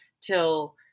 till